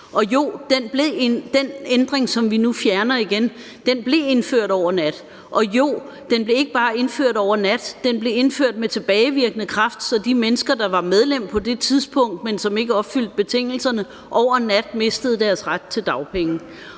Jo, den ændring, som vi nu fjerner, blev indført over en nat. Og jo, den blev ikke bare indført over en nat, den blev indført med tilbagevirkende kraft, så de mennesker, der var medlem på det tidspunkt, men som ikke opfyldte betingelserne, over en nat mistede deres ret til dagpenge.